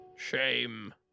Shame